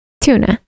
Tuna